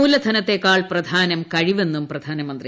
മൂലധനത്തേക്കാൾ പ്രധാനം കഴിവെന്നും പ്രധാനമന്ത്രി